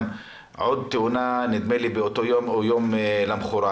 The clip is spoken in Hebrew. הייתה עוד תאונה באותו יום או למחרת.